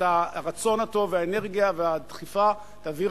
את הרצון הטוב והאנרגיה והדחיפה תעביר